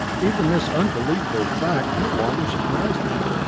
even this unbelievable fact no longer surprised them.